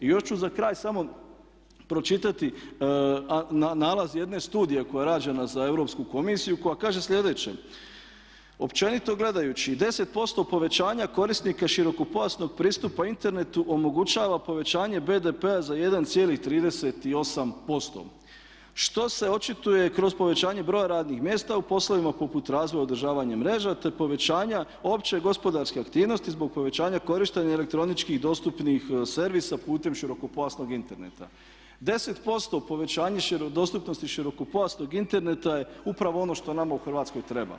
I još ću za kraj samo pročitati nalaz jedne studije koja je rađena za Europsku komisiju koja kaže slijedeće "Općenito gledajući 10% povećanja korisnika širokopojasnog pristupa internetu omogućava povećanje BDP-a za 1,38% što se očituje kroz povećanje broja radnih mjesta u poslovima poput razvoja i održavanja mreža te povećanja opće gospodarske aktivnosti zbog povećanja korištenja elektronički dostupnih servisa putem širokopojasnog interneta." 10% povećanje dostupnosti širokopojasnog interneta je upravo ono što nama u Hrvatskoj treba.